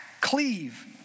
cleave